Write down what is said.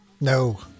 No